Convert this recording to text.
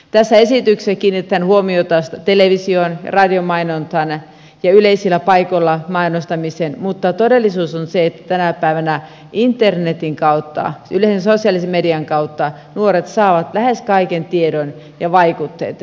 tässä esityksessä kiinnitetään huomiota televisioon radiomainontaan ja yleisillä paikoilla mainostamiseen mutta todellisuus on se että tänä päivänä internetin kautta yleensä sosiaalisen median kautta nuoret saavat lähes kaiken tiedon ja vaikutteet